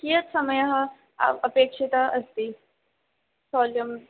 कीयत् समयः अपेक्षितः अस्ति स्थौल्यम्